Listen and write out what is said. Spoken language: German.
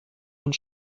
und